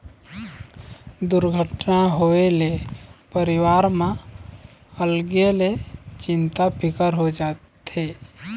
दुरघटना होए ले परिवार म अलगे ले चिंता फिकर हो जाथे